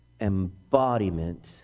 embodiment